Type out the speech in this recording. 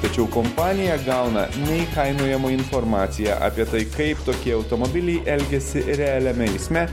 tačiau kompanija gauna neįkainojamą informaciją apie tai kaip tokie automobiliai elgiasi realiame eisme